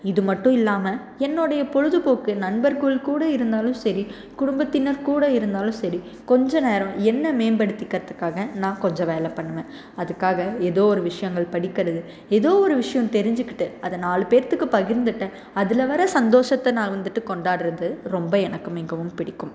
இது மட்டுயில்லாமல் என்னுடைய பொழுது போக்கு நண்பர்கள் கூட இருந்தாலும் சரி குடும்பத்தினர் கூட இருந்தாலும் சரி கொஞ்சம் நேரம் என்ன மேம்படுத்திக்கிறதுக்காக நான் கொஞ்சம் வேலை பண்ணுவேன் அதுக்காக எதோ ஒரு விஷயங்கள் படிக்கிறது எதோ ஒரு விஷயம் தெரிஞ்சிக்கிட்டு அதை நாலு பேர்த்திக்கு பகிர்ந்திட்டு அதில் வர சந்தோஷத்தை நான் வந்துட்டு கொண்டாடுகிறது ரொம்ப எனக்கு மிகவும் பிடிக்கும்